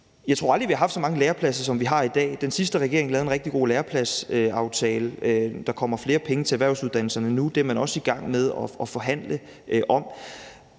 Jeg tror aldrig, vi har haft så mange lærepladser, som vi har i dag. Den sidste regering lavede en rigtig god lærepladsaftale, og der kommer flere penge til erhvervsuddannelserne nu – det er man også i gang med at forhandle om.